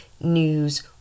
News